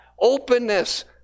openness